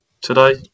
Today